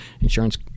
insurance